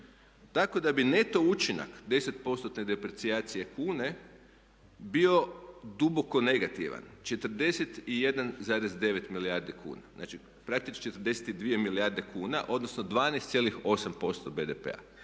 Tako da bi neto učinak deset postotne deprecijacije kune bio duboko negativan, 41,9 milijardi kuna. Znači, praktički 42 milijarde kuna, odnosno 12,8% BDP-a.